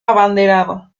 abanderado